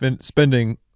spending